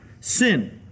Sin